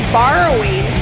borrowing